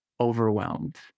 overwhelmed